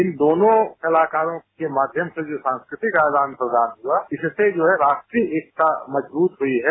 इन दोनों कलाकारों के माध्यम से जो सांस्कृतिक आदान प्रदान हुआ इससे जो है राष्ट्रीय हितता मजबूत हुई है